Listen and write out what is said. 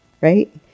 right